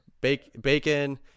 bacon